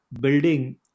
building